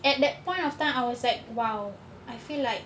at that point of time I was at !whoa! I feel like